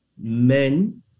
men